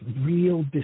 real